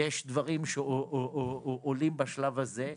יש דברים שעולים בשלב הזה,